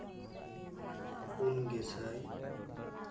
ᱯᱩᱱ ᱜᱮᱥᱟᱭ